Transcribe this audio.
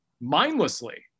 mindlessly